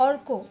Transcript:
अर्को